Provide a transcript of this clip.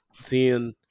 seeing –